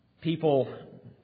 People